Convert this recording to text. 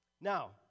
Now